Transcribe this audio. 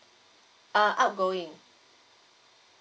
uh outgoing